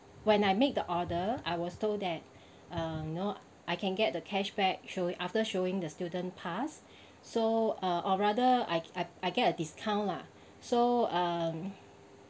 when I make the order I was told that uh you know I can get the cashback showing after showing the student pass so uh or rather I I I get a discount lah so um